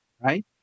right